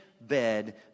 bed